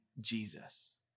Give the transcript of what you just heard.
Jesus